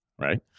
right